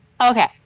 Okay